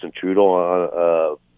Trudeau